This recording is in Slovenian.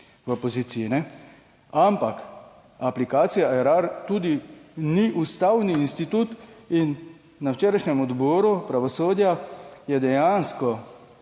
(nadaljevanje) ampak aplikacija Erar tudi ni ustavni institut in na včerajšnjem odboru pravosodja je dejansko